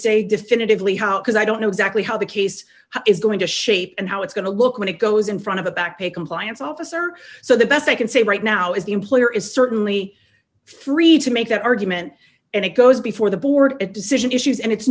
say definitively how because i don't know exactly how the case is going to shape and how it's going to look when it goes in front of a back to compliance officer so the best i can say right now is the employer is certainly free to make that argument and it goes before the board a decision issues and it's